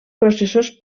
processos